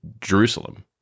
Jerusalem